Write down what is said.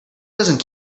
doesn’t